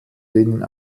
denen